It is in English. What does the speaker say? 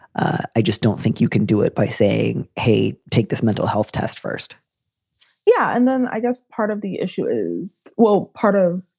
i just don't think you can do it by saying, hey, take this mental health test first yeah. and then i guess part of the issue is, well, part of